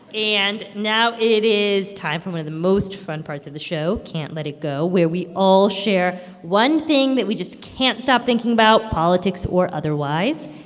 and now it is time for one of the most fun parts of the show, can't let it go, where we all share one thing that we just can't stop thinking about, politics or otherwise.